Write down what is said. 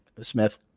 Smith